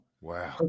Wow